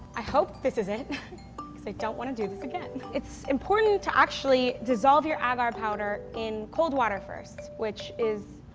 i hope this is it cause i don't wanna do this again. it's important to actually dissolve your agar powder in cold water first which is